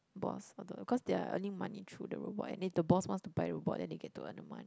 boss or the cause they are earning money through the robot and then if the boss wants to buy robot then they get to earn the money